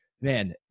man